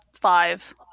five